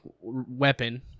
weapon